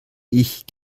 ich